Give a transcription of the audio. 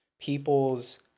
people's